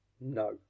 No